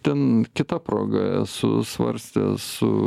ten kita proga esu svarstęs su